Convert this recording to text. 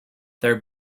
their